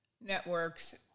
networks